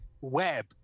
web